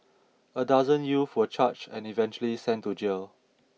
a dozen youth were charged and eventually sent to jail